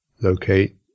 locate